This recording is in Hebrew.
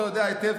ואתה יודע היטב,